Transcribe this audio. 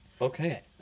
Okay